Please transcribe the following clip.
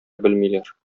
белмиләр